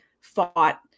fought